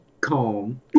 calm